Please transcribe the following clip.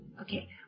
Okay